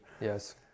Yes